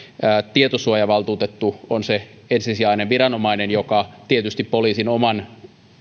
tietosuojavaltuutettu on se ensisijainen viranomainen joka tietysti poliisin oman